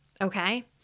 okay